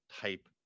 type